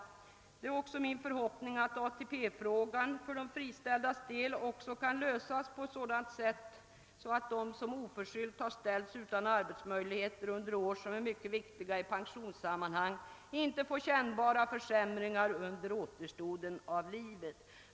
Det är också min förhoppning att ATP-frågan för de friställdas del skall kunna lösas på ett sådant sätt, att de som oförskyllt ställts utan arbetsmöjligheter under år som är mycket viktiga i pensionssammanhang inte får kännbara försämringar under återstoden av livet.